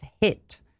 hit